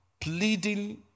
pleading